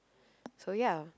so ya